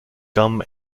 gum